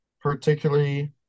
particularly